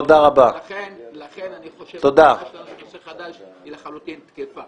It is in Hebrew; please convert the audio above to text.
לכן אני חושב שהטענה של נושא חדש היא לחלוטין תקפה.